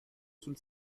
sul